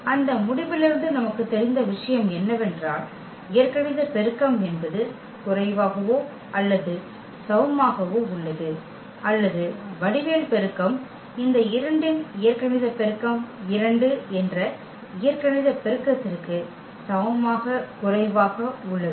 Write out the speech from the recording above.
அந்த முடிவிலிருந்து நமக்குத் தெரிந்த விஷயம் என்னவென்றால் இயற்கணித பெருக்கம் என்பது குறைவாகவோ அல்லது சமமாகவோ உள்ளது அல்லது வடிவியல் பெருக்கம் இந்த 2 இன் இயற்கணித பெருக்கம் 2 என்ற இயற்கணித பெருக்கத்திற்கு சமமாக குறைவாக உள்ளது